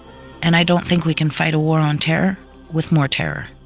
and i don't think we can fight a war on terror with more terror.